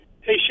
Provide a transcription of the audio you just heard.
Hey